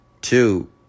Two